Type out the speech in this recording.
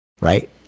right